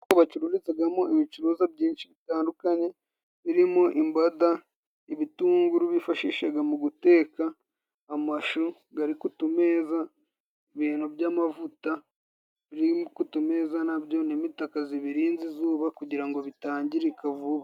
...bacururirizamo ibicuruzwa byinshi bitandukanye birimo imbada, ibitunguru byifashisha mu guteka, amashu ari ku tumeza, ibintu by'amavuta biri ku tumeza na byo, n'imitaka ibirenze izuba kugira ngo bitangirika vuba.